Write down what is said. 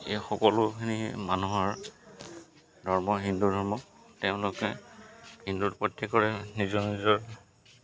এই সকলোখিনি মানুহৰ ধৰ্ম হিন্দু ধৰ্ম তেওঁলোকে হিন্দুৰ প্ৰত্যেকৰে নিজৰ নিজৰ